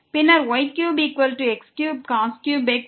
பின்னர் y3x3x